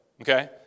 okay